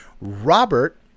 robert